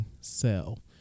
sell